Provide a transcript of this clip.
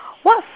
what